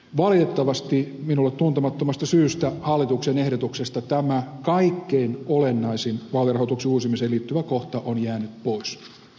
valitettavasti minulle tuntemattomasta syystä hallituksen ehdotuksesta tämä kaikkein olennaisin vaalirahoituksen uusimiseen liittyvä kohta on jäänyt pois